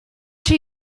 się